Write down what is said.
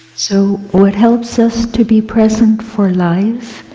so, what helps us to be present for life,